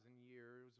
years